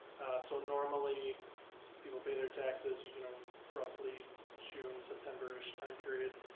so normally people pay their taxes you know roughly june, september ish time period